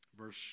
Verse